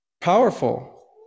Powerful